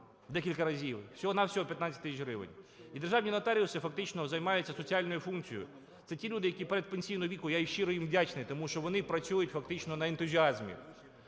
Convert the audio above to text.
декілька разів, всього-на-всього 15 тисяч гривень. І державні нотаріуси фактично займаються соціальною функцією – це ті люди, які передпенсійного віку. Я щиро їм вдячний, тому що вони працюють фактично на ентузіазмі.